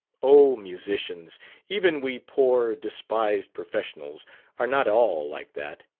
oh, musicians even we poor, despised professionals are not all like that.